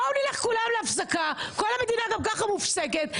נלך כולם להפסקה, כל המדינה גם כך מופסקת.